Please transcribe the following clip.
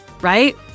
right